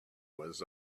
was